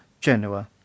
Genoa